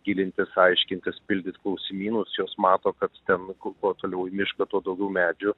gilintis aiškintis pildyt klausimynus jos mato kad ten ku kuo toliau mišką tuo daugiau medžių